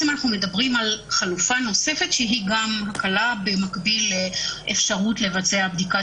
אנחנו מדברים על חלופה נוספת שהיא גם קלה במקביל לאפשרות לבצע בדיקת